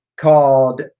called